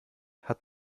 hat